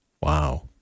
Wow